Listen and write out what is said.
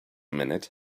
minute